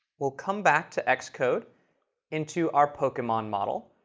we'll come back to xcode into our pokemon model.